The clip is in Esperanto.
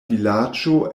vilaĝo